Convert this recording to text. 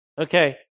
Okay